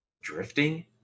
Drifting